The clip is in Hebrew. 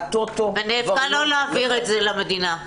ונאבקה לא להעביר את זה למדינה.